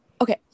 Okay